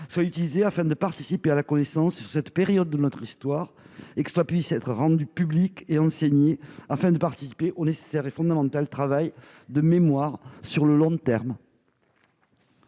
soit utilisé, afin de participer à la connaissance de cette période de notre histoire. Ces fonds doivent être enseignés et rendus publics, afin de participer au nécessaire et fondamental travail de mémoire sur le long terme.